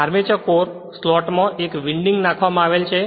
armature core slot માં એક winding નાખવામાં આવેલ છે